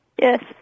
Yes